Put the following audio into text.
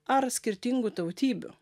ar skirtingų tautybių